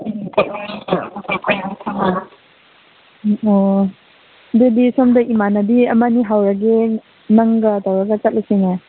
ꯑꯣ ꯑꯗꯨꯗꯤ ꯁꯣꯝꯗ ꯏꯃꯥꯟꯅꯕꯤ ꯑꯃꯅꯤ ꯍꯧꯔꯒꯦ ꯅꯪꯒ ꯇꯧꯔꯒ ꯆꯠꯂꯁꯤꯅꯦ